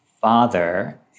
father